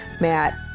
Matt